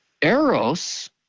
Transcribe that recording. eros